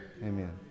Amen